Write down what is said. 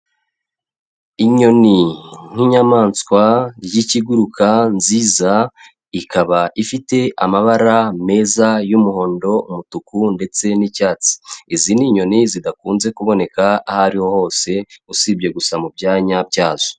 Inyoni nk'inyamaswa y'ikiguruka nziza, ikaba ifite amabara meza y'umuhondo, umutuku ndetse n'icyatsi, izi ni nyoni zidakunze kuboneka aho ariho hose, usibye gusa mu byanya byazo.